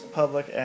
public